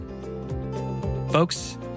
Folks